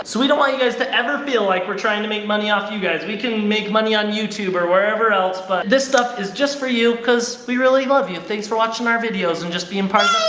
so we don't want you guys to ever feel like we're trying to make money off you guys. we can make money on youtube or wherever else but this stuff is just for you, because we really love you, and thanks for watching our videos and just being part